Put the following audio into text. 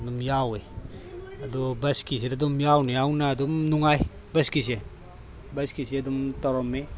ꯑꯗꯨꯝ ꯌꯥꯎꯑꯦ ꯑꯗꯣ ꯕꯁꯀꯤꯁꯤꯗ ꯑꯗꯨꯝ ꯌꯥꯎꯅ ꯌꯥꯎꯅ ꯑꯗꯨꯝ ꯅꯨꯉꯥꯏ ꯕꯁꯀꯤꯁꯦ ꯕꯁꯀꯤꯁꯦ ꯑꯗꯨꯝ ꯇꯧꯔꯝꯃꯤ